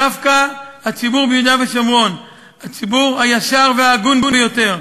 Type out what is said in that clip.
דווקא הציבור ביהודה ושומרון הוא הציבור הישר וההגון ביותר,